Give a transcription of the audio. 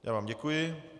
Já vám děkuji.